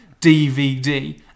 DVD